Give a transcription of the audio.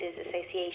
Association